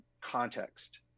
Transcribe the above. context